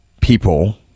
people